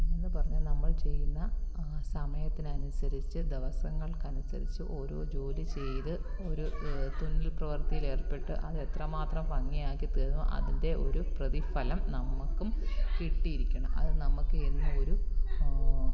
പിന്നേന്ന് പറഞ്ഞാൽ നമ്മൾ ചെയ്യുന്ന സമയത്തിന് അനുസരിച്ച് ദിവസങ്ങൾക്ക് അനുസരിച്ച് ഓരോ ജോലി ചെയ്ത് ഓരോ തുന്നൽ പ്രവർത്തിയിലേർപ്പെട്ട് അതെത്ര മാത്രം ഭംഗിയാക്കി തീർന്നോ അതിൻ്റെ ഒരു പ്രതിഫലം നമുക്കും കിട്ടിയിരിക്കണം അത് നമുക്ക് എന്നും ഒരു